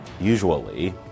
Usually